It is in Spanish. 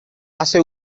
hace